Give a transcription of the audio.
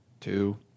two